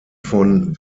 von